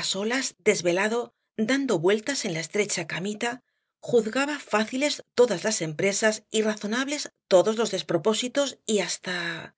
á solas desvelado dando vueltas en la estrecha camita juzgaba fáciles todas las empresas y razonables todos los despropósitos y hasta